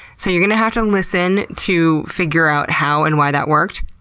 so you're gonna have to listen to figure out how and why that worked.